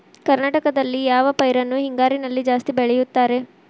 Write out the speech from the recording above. ಕರ್ನಾಟಕದಲ್ಲಿ ಯಾವ ಪೈರನ್ನು ಹಿಂಗಾರಿನಲ್ಲಿ ಜಾಸ್ತಿ ಬೆಳೆಯುತ್ತಾರೆ?